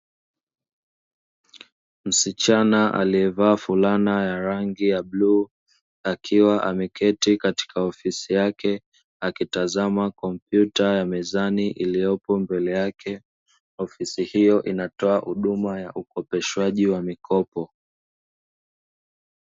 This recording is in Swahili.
Msichana aliyevaa fulana ya rangi ya bluu akiwa ameketi katika ofisi yake akitazama kompyuta ya mezani iliyopo mbele yake, ofisi hiyo inatoa huduma ya ukopeshwaji wa mikopo.